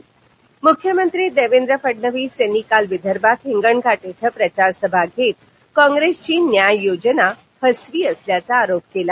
मृख्यमंत्री देवेंद्र फडणवीस यांनी काल विदर्भात हिंगणघाट इथ प्रचार सभा घेत काँप्रेसची न्याय योजना फसवी असल्याचा आरोप केला